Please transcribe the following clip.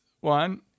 one